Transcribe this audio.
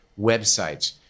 websites